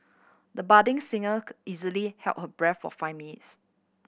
the budding singer easily held her breath for five minutes